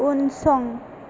उनसं